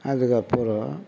அதுக்கப்புறம்